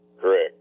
correct